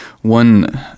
One